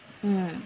mm